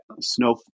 snow